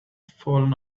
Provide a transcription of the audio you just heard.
fallen